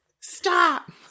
Stop